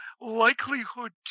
likelihood